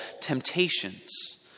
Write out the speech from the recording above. temptations